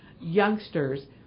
youngsters